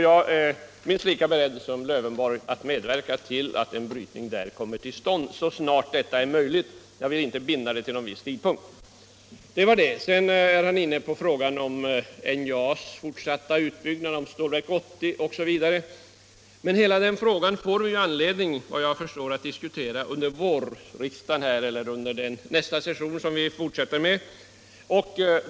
Jag är minst lika beredd som herr Lövenborg att medverka till att en brytning kommer till stånd så snart detta är möjligt, men jag vill inte där binda mig för någon viss tidpunkt. Det var det. Sedan var herr Lövenborg inne på frågan om NJA:s fortsatta utbyggnad och Stålverk 80, men hela den frågan får vi ju anledning att diskutera under detta riksmötes vårsession.